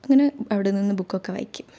അങ്ങനെ അവിടെ നിന്ന് ബുക്കൊക്കെ വായിക്കും